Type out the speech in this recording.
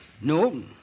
No